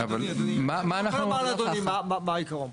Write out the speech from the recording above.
אני אומר לאדוני מה העיקרון.